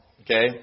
okay